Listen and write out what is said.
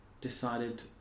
decided